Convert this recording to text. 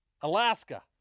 Alaska